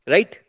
Right